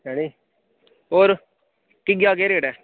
ऐ निं होर घिया दा केह् रेट ऐ